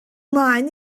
mlaen